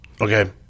Okay